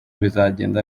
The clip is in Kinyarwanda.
bizagenda